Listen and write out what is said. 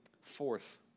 Fourth